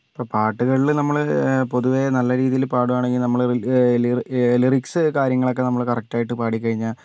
ഇപ്പം പാട്ടുകളിൽ നമ്മൾ പൊതുവേ നല്ല രീതിയിൽ പാടുവാണെങ്കിൽ നമ്മൾ ലിറിക്സ് കാര്യങ്ങളൊക്കെ നമ്മൾ കറക്റ്റ് ആയിട്ട് പാടിക്കഴിഞ്ഞാൽ